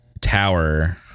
tower